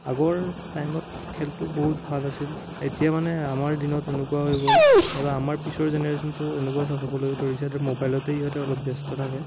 আগৰ টাইমত খেলটো বহুত ভাল আছিল এতিয়া মানে আমাৰ দিনত এনেকুৱা হৈ গ'ল নাইবা আমাৰ পিছৰ জেনেৰেচনটো এনেকুৱা হ'বলৈ ধৰিছে মোবাইলতেই ইহঁতে অলপ ব্যস্ত থাকে